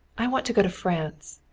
i want to go to france.